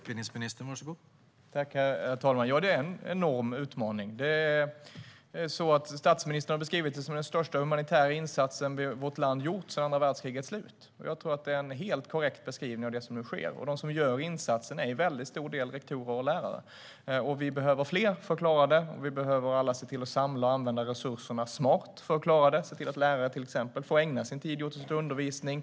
Herr talman! Ja, det är en enorm utmaning. Statsministern har beskrivit det som den största humanitära insats vårt land gjort sedan andra världskrigets slut. Jag tror att det är en helt korrekt beskrivning av det som sker. De som gör denna insats är till stor del rektorer och lärare. Vi behöver fler för att klara det, och vi behöver samla och använda resurserna smart för att klara det. Vi måste se till att lärare får använda sin tid till just undervisning.